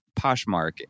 Poshmark